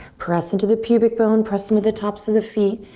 press into the pubic bone, press into the tops of the feet.